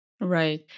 Right